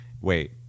Wait